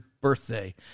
birthday